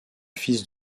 fils